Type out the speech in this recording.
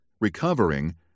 recovering